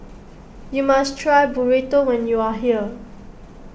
you must try Burrito when you are here